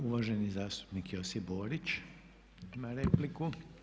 I uvaženi zastupnik Josip Borić ima repliku.